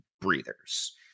breathers